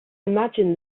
imagine